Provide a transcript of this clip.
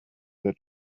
their